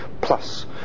plus